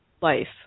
life